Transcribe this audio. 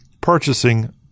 purchasing